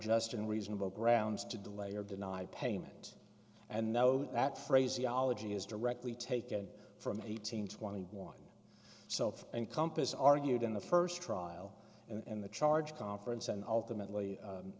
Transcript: just and reasonable grounds to delay or deny payment and those that phraseology is directly taken from eighteen twenty one so encompass argued in the first trial and the charge conference and ultimately